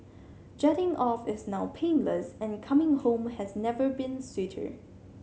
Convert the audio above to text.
jetting off is now painless and coming home has never been sweeter